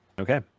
okay